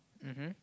mmhmm